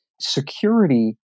security